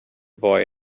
boy